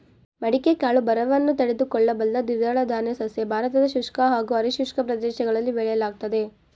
ಮಡಿಕೆ ಕಾಳು ಬರವನ್ನು ತಡೆದುಕೊಳ್ಳಬಲ್ಲ ದ್ವಿದಳಧಾನ್ಯ ಸಸ್ಯ ಭಾರತದ ಶುಷ್ಕ ಹಾಗೂ ಅರೆ ಶುಷ್ಕ ಪ್ರದೇಶಗಳಲ್ಲಿ ಬೆಳೆಯಲಾಗ್ತದೆ